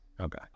Okay